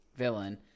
Villain